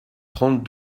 trente